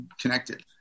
connected